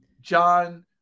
John